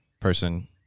person